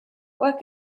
what